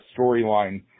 storyline